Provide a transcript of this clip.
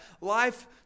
life